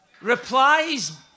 replies